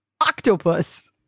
Octopus